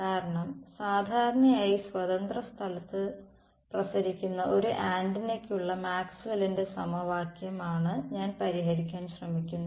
കാരണം സാധാരണയായി സ്വതന്ത്ര സ്ഥലത്തു പ്രസരിക്കുന്ന ഒരു ആന്റിനയ്ക്കുള്ള മാക്സ്വെല്ലിന്റെ സമവാക്യം Maxwell's equation ആണ് ഞാൻ പരിഹരിക്കാൻ ശ്രമിക്കുന്നത്